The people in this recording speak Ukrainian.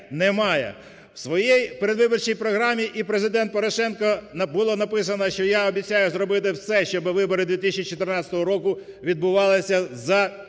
В своїй передвиборчій програмі і Президент Порошенко, було написано, що: "Я обіцяю зробити все, щоб вибори 2014 року відбувалися за пропорційною